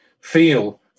feel